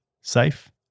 safe